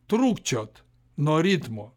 trūkčiot nuo ritmo